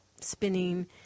spinning